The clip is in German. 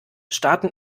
starten